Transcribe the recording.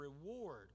reward